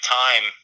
time